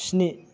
स्नि